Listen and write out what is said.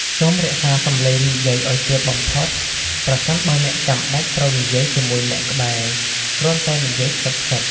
សូមរក្សាសំឡេងនិយាយឲ្យទាបបំផុត ប្រសិនបើអ្នកចាំបាច់ត្រូវនិយាយជាមួយអ្នកក្បែរគ្រាន់តែ និយាយខ្សឹបៗ។